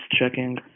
checking